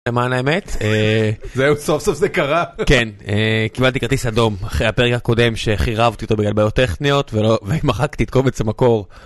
למען האמת, -זהו, סוף סוף זה קרה (צוחק) כן, קיבלתי כרטיס אדום. אחרי הפרק הקודם שחירבתי אותו בגלל בעיות טכניות ומחקתי את קובץ המקור.